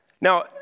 Now